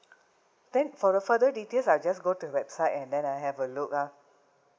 then for the further details I just go to website and then I have a look ah